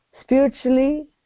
spiritually